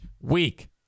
week